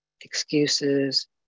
excuses